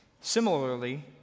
Similarly